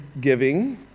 giving